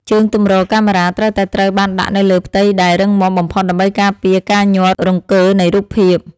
ជើងទម្រកាមេរ៉ាត្រូវតែត្រូវបានដាក់នៅលើផ្ទៃដែលរឹងមាំបំផុតដើម្បីការពារការញ័ររង្គើនៃរូបភាព។